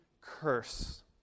curse